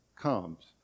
comes